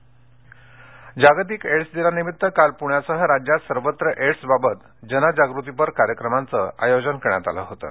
AIDS जागतिक AIDS दिनानिमित्त काल पुण्यासह राज्यात सर्वत्र एड्स बाबत जनजागृतीपर कार्यक्रमांचं आयोजन करण्यात आलं होतें